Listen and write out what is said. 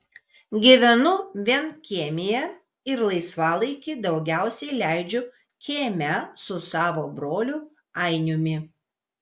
gyvenu vienkiemyje ir laisvalaikį daugiausiai leidžiu kieme su savo broliu ainiumi